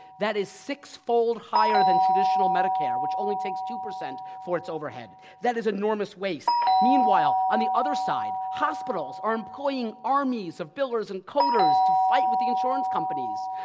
that is sixfold higher than traditional medicare, which only takes two percent for its overhead. that is enormous waste. meanwhile, on the other side, hospitals are employing armies of billers and coders to fight with the insurance companies.